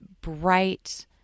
bright